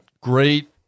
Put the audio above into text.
Great